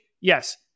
yes